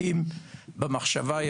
ויש